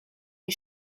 les